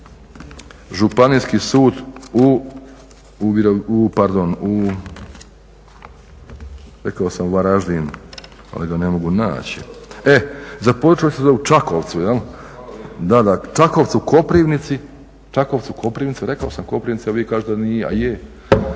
pardon, rekao sam Varaždin, ali ga ne mogu naći. Započeli su ga u Čakovcu, da, da, Čakovcu, Koprivnici, rekao sam Koprivnica, vi kažete da nije, a je.